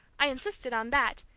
i insisted on that,